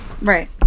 right